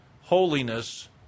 holiness